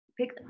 Pick